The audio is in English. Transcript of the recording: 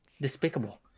despicable